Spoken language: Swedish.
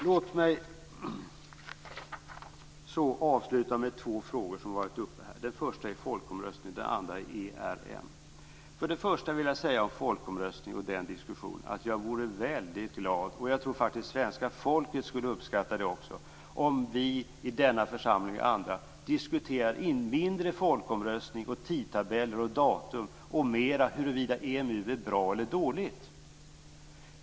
Låt mig avsluta med två frågor som har varit uppe här. Den första är folkomröstningen, och den andra är Först vill jag apropå folkomröstningen och den diskussionen säga att jag vore väldigt glad - och jag tror faktiskt att svenska folket skulle uppskatta det också - om vi i denna församling och andra diskuterade mindre folkomröstning, tidtabeller och datum och mer huruvida EMU är bra eller dåligt.